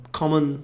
common